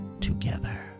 together